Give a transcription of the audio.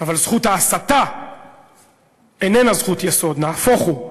אבל ההסתה איננה זכות יסוד, נהפוך הוא,